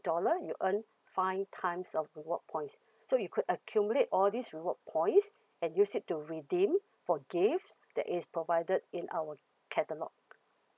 dollar you all fine times of reward points so you could accumulate all these reward points and use it to redeem for gifts that is provided in our catalogue